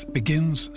begins